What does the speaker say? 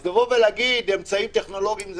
זה קל לבוא ולהגיד אמצעים טכנולוגיים,